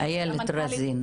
איילת רזין.